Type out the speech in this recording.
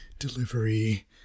Delivery